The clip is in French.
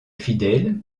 fidèles